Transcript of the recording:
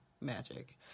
magic